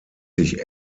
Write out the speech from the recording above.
sich